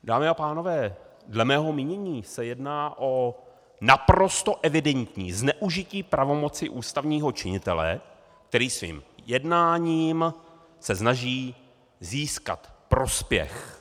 Dámy a pánové, dle mého mínění se jedná o naprosto evidentní zneužití pravomoci ústavního činitele, který svým jednáním se snaží získat prospěch.